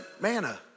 manna